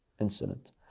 incident